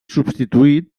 substituït